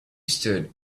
stood